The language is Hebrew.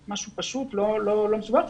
משהו פשוט ולא מסובך,